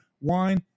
wine